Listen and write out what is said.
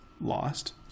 lost